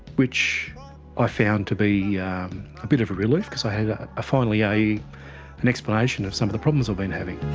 which i found to be yeah a bit of a relief because i had ah finally an explanation of some of the problems i've been having.